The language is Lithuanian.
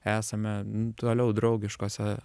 esame toliau draugiškuose